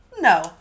No